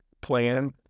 plan